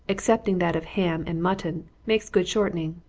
excepting that of ham and mutton, makes good shortening.